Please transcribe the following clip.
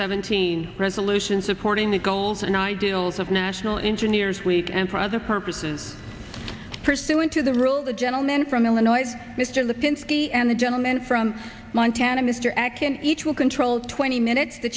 seventeen resolution supporting the goals and ideals of national intern years week and for other purposes pursuant to the rule the gentleman from illinois mr lipinski and the gentleman from montana mr acton each will control twenty minutes the